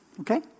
Okay